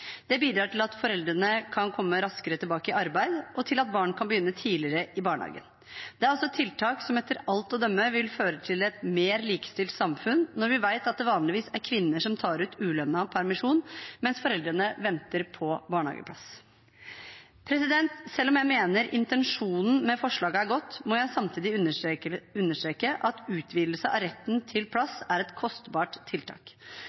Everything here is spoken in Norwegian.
Det bidrar til at foreldrene kan komme raskere tilbake i arbeid, og til at barn kan begynne i tidligere i barnehagen. Det er også et tiltak som etter alt å dømme vil føre til et mer likestilt samfunn når vi vet at det vanligvis er kvinner som tar ut ulønnet permisjon mens foreldrene venter på barnehageplass. Selv om jeg mener intensjonen med forslaget er god, må jeg samtidig understreke at utvidelse av retten til plass er et kostbart tiltak.